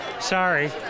Sorry